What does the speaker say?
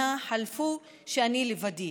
שנה חלפו שאני לבדי.